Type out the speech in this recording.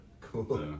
cool